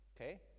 okay